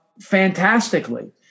fantastically